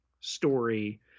story